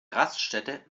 raststätte